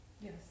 Yes